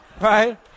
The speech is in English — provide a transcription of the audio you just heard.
Right